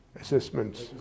assessments